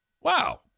wow